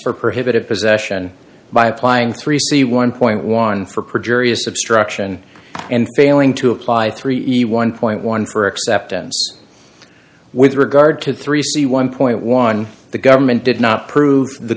for prohibited possession by applying three c one dollar for perjury a substraction and failing to apply three e one point one for acceptance with regard to three c one point one the government did not prove the